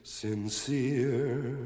sincere